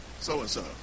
so-and-so